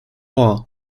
war